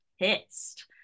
pissed